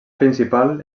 principal